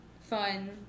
fun